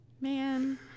Man